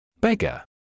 Beggar